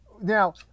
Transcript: now